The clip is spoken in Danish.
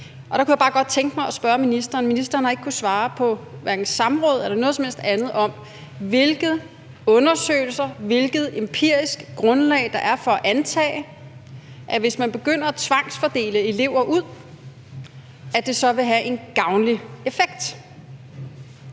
sig. Der kunne jeg bare godt tænke mig at spørge ministeren – for ministeren har ikke kunnet svare, hverken på samråd eller noget som helst andet – om, hvilke undersøgelser og hvilket empirisk grundlag der er for at antage, at hvis man begynder at tvangsfordele elever ud, vil det have en gavnlig effekt.